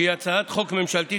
שהיא הצעת חוק ממשלתית,